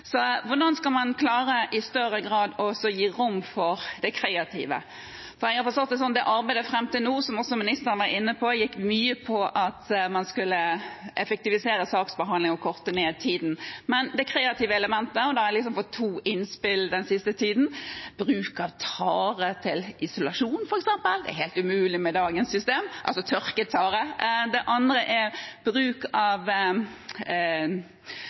Hvordan skal man i større grad klare å gi rom for det kreative? Jeg har forstått det slik at arbeidet som har vært gjort fram til nå, som også ministeren var inne på, har gått mye ut på å effektivisere saksbehandlingen og korte ned tiden. Men når det gjelder det kreative elementet, har jeg fått to innspill den siste tiden. Det første er bruk av tørket tare til isolasjon, f.eks. Det er helt umulig med dagens system. Det andre gjelder bruk av